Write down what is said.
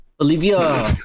Olivia